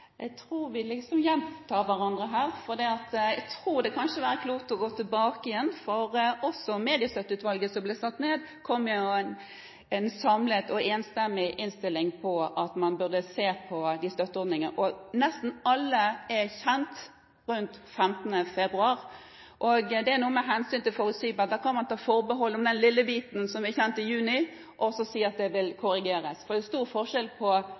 Jeg tror vi gjentar hverandre her. Jeg tror det kanskje ville være klokt å gå tilbake igjen, for også Mediestøtteutvalget som ble satt ned, kom med en samlet og enstemmig innstilling om at man burde se på støtteordningene. Nesten alle er kjent rundt 15. februar, og det er noe med hensynet til forutsigbarhet. Der kan man ta forbehold om den lille biten som er kjent i juni og si at det vil korrigeres. For det er stor forskjell på